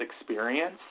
experience